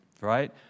right